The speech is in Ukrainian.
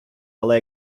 але